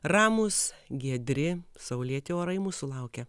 ramūs giedri saulėti orai mūsų laukia